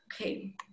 okay